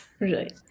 Right